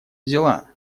взяла